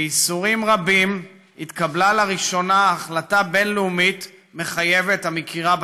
בייסורים רבים התקבלה לראשונה החלטה בין-לאומית מחייבת המכירה בציונות,